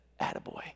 attaboy